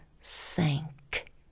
sank